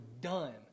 done